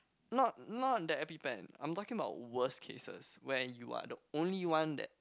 not not that epipen I'm talking about worst cases where you are the only one that